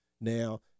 Now